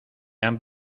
han